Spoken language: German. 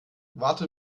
warte